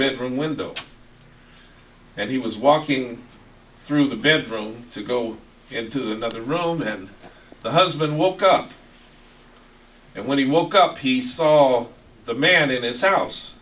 bedroom window and he was walking through the bedroom to go into another room and the husband woke up and when he woke up he saw the man in this house